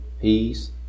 peace